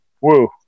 Woo